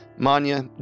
Manya